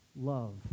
love